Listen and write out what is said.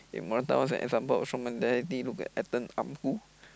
Morata was an example of strong mentality look at Ethan-Ampadu who